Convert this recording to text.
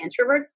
introverts